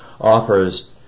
offers